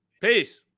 Peace